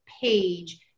page